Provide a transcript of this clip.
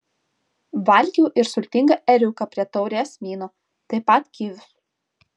valgiau ir sultingą ėriuką prie taurės vyno taip pat kivius